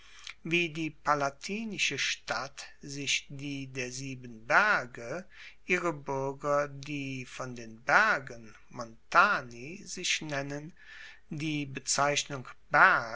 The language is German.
wie die palatinische stadt sich die der sieben berge ihre buerger die von den bergen montani sich nennen die bezeichnung